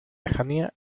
lejanía